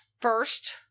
first